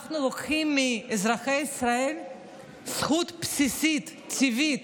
אנחנו לוקחים מאזרחי ישראל זכות בסיסית, טבעית,